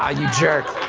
ah you jerk!